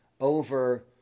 over